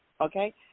okay